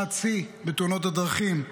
שנת שיא בתאונות הדרכים,